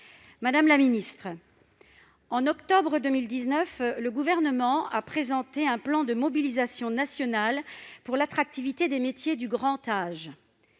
Madame la ministre, en octobre 2019, le Gouvernement a présenté un plan de mobilisation nationale pour l'attractivité des métiers du grand âge.